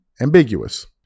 ambiguous